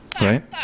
Right